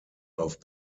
auf